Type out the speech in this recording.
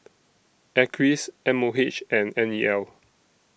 Acres M O H and N E L